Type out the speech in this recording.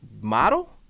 model